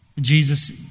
Jesus